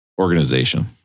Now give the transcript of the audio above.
Organization